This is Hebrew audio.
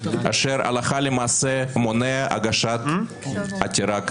אשר הלכה למעשה מונע הגשת עתירה כאמור.